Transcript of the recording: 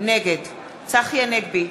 נגד צחי הנגבי,